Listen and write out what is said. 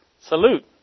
salute